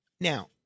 Now